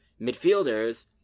midfielders